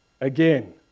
again